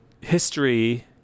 history